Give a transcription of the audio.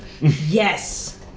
Yes